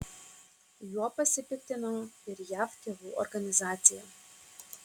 juo pasipiktino ir jav tėvų organizacija